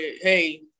hey